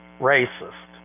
racist